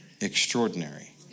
extraordinary